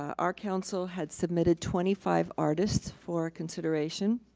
our council had submitted twenty five artists for consideration.